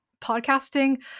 podcasting